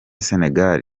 senegal